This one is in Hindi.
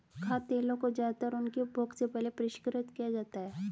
खाद्य तेलों को ज्यादातर उनके उपभोग से पहले परिष्कृत किया जाता है